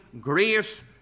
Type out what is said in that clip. Grace